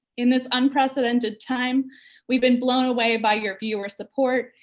in this unprecedented time we've been blown away by your viewer support,